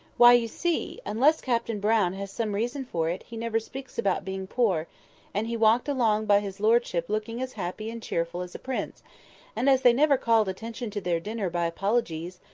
why, you see, unless captain brown has some reason for it, he never speaks about being poor and he walked along by his lordship looking as happy and cheerful as a prince and as they never called attention to their dinner by apologies,